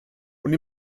und